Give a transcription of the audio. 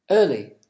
Early